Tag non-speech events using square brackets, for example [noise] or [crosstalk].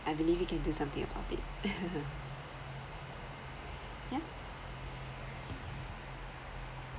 I believe you can do something about it [laughs] yeah